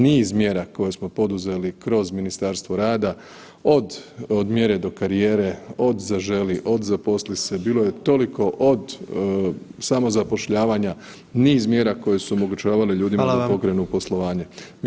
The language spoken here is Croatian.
Niz mjera koje smo poduzeli kroz Ministarstvo rada, od Od mjere do karijeri, od Zaželi, od Zaposli se, bilo je toliko, od samozapošljavanja, niz mjera koje su omogućavale ljudima [[Upadica predsjednik: Hvala.]] da pokrenu poslovanje.